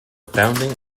founding